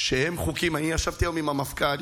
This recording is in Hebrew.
שהם חוקים, אני ישבתי היום עם המפכ"ל.